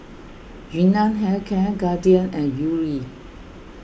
Yun Nam Hair Care Guardian and Yuri